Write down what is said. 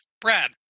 Brad